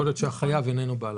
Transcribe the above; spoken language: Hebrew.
זה לא רכב שמשמש בלבד.